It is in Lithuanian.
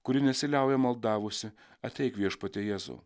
kuri nesiliauja maldavusi ateik viešpatie jėzau